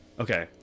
okay